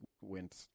went